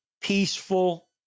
peaceful